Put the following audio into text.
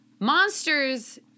Monsters